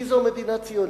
כי זו מדינה ציונית,